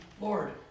Lord